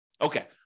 Okay